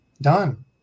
Done